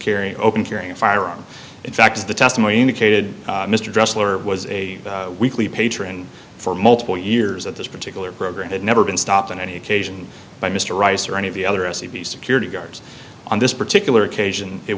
carrying open carrying a firearm in fact the testimony indicated mr dressler was a weekly patron for multiple years at this particular program had never been stopped on any occasion by mr rice or any of the other s c b security guards on this particular occasion it